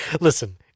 listen